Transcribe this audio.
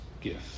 gift